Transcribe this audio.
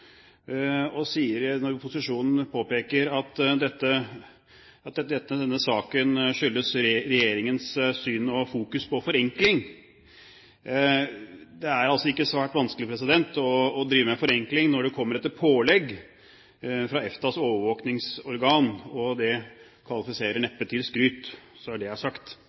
når posisjonen påpeker at denne saken skyldes regjeringens syn og fokus på forenkling. Det er ikke svært vanskelig å drive med forenkling når det kommer etter pålegg fra EFTAs overvåkningsorgan. Det kvalifiserer neppe til skryt. Så er det sagt.